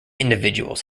individuals